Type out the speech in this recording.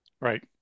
right